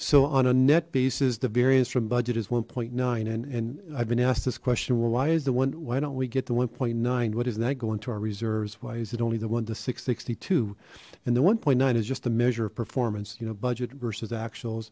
so on a net basis the variance from budget is one point nine and and i've been asked this question well why is the one why don't we get to one point nine what does that go into our reserves why is it only the one two six sixty two and the one point nine is just a measure of performance you know budget versus actual